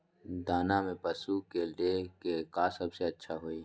दाना में पशु के ले का सबसे अच्छा होई?